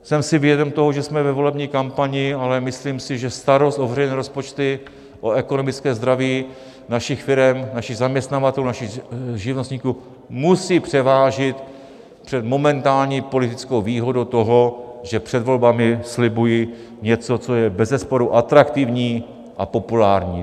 Jsem si vědom toho, že jsme ve volební kampani, ale myslím si, že starost o veřejné rozpočty, o ekonomické zdraví našich firem, našich zaměstnavatelů, našich živnostníků, musí převážit před momentální politickou výhodou toho, že před volbami slibuji něco, co je bezesporu atraktivní a populární.